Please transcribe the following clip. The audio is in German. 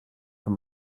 von